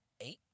eight